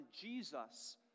Jesus